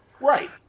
Right